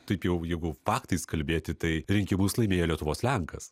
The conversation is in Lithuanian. taip jau jeigu faktais kalbėti tai rinkimus laimėjo lietuvos lenkas